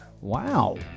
Wow